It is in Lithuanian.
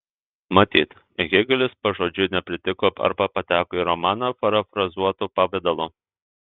matyt hėgelis pažodžiui nepritiko arba pateko į romaną parafrazuotu pavidalu